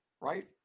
right